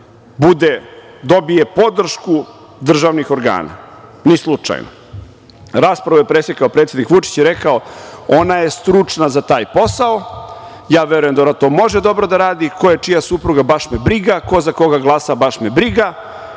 SRS dobije podršku državnih organa. Ni slučajno. Raspravu je presekao predsednik Vučić i rekao je – ona je stručna za taj posao, ja verujem da ona to može dobro da radi, koja je, čija supruga baš me briga, ko za koga glasa baš me briga,